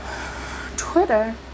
Twitter